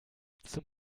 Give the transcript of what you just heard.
zum